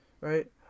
right